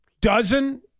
dozen